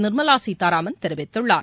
நிர்மலா சீதாராமன் தெரிவித்துள்ளார்